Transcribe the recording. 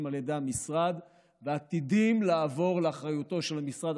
על ידי המשרד והעתידים לעבור לאחריותו של משרד